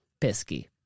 Pisky